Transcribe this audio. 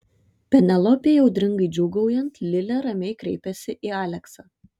penelopei audringai džiūgaujant lilė ramiai kreipėsi į aleksą